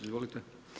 Izvolite.